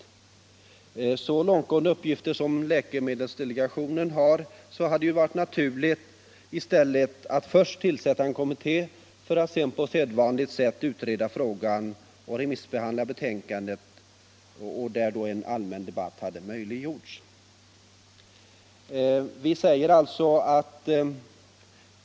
Med så långtgående uppgifter som läkemedelsdelegationens hade det ju varit naturligt att i stället först tillsätta en kommitté för att sedan på sedvanligt sätt utreda frågan och remissbehandla betänkandet, varvid en allmän debatt hade möjliggjorts.